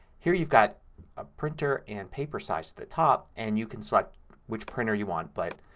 here you've got a printer and paper size at the top and you can select which printer you want. but,